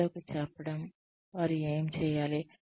ప్రజలకు చెప్పడం వారు ఏమి చేయాలి